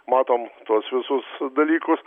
matom tuos visus dalykus